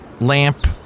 Lamp